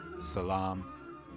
Salam